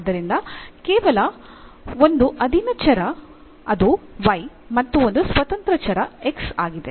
ಆದ್ದರಿಂದ ಕೇವಲ ಒಂದು ಅಧೀನಚರ ಅದು y ಮತ್ತು ಒಂದು ಸ್ವತಂತ್ರ ಚರ x ಆಗಿದೆ